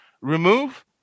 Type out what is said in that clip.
remove